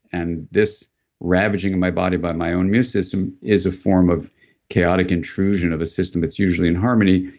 and this ravaging of my body by my own immune system is a form of chaotic intrusion of a system that's usually in harmony,